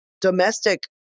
domestic